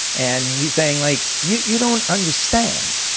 and he's saying like you you don't understand.